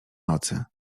nocy